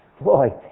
Boy